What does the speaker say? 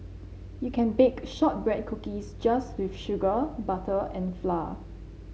you can bake shortbread cookies just with sugar butter and flour